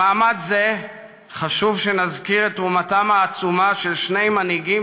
במעמד זה חשוב שנזכיר את תרומתם העצומה של שני מנהיגים